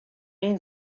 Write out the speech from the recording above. این